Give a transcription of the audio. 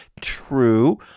True